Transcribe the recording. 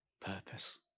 purpose